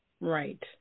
Right